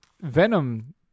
Venom